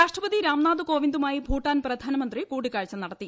രാഷ്ട്രപതി രാംനാഥ് കോവിന്ദുമായി ഭൂട്ടാൻ പ്രധാനമന്ത്രി കൂടിക്കാഴ്ച നടത്തി